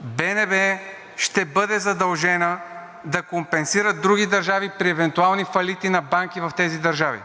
„БНБ ще бъде задължена да компенсира други държави при евентуални фалити на банки в тези държави.“